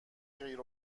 خیر